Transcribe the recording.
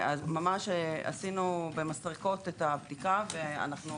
אז ממש עשינו במסרקות את הבדיקה ואנחנו